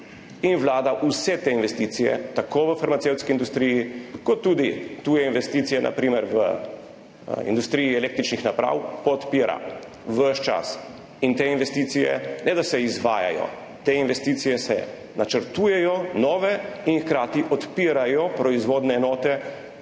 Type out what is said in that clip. Vlada vse te investicije v farmacevtski industriji ter tudi tuje investicije, na primer v industriji električnih naprav, podpira ves čas. Te investicije ne, da se izvajajo, te investicije se načrtujejo nove in hkrati odpirajo proizvodne enote,